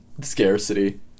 Scarcity